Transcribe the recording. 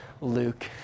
Luke